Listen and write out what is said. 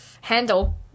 handle